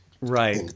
Right